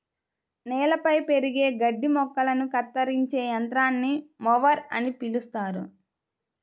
నేలపై పెరిగే గడ్డి మొక్కలను కత్తిరించే యంత్రాన్ని మొవర్ అని పిలుస్తారు